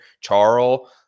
Charles